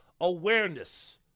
Awareness